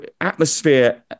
atmosphere